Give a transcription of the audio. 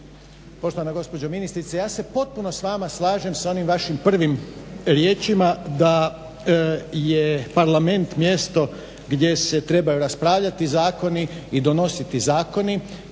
Poštovana gospođo ministrice, ja se potpuno s vama slažem s onim vašim prvim riječima da je parlament mjesto gdje se trebaju raspravljati zakoni i donositi zakoni